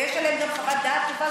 ויש עליהם גם חוות דעת טובה,